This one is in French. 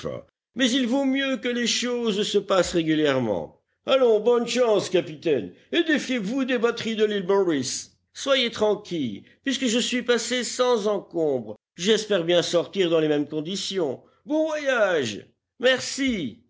mais il vaut mieux que les choses se passent régulièrement allons bonne chance capitaine et défiez-vous des batteries de l'île morris soyez tranquille puisque je suis passé sans encombre j'espère bien sortir dans les mêmes conditions bon voyage merci